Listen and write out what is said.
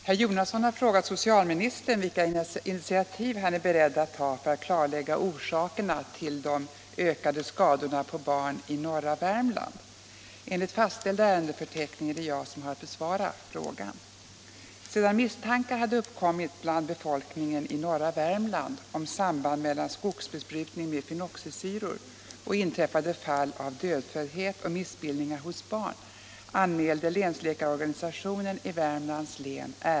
Herr Jonasson har frågat socialministern vilka initiativ han är beredd att ta för att klarlägga orsakerna till de ökade skadorna på barn av skogsbesprutningen i norra Värmland.